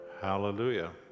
hallelujah